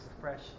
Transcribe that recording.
fresh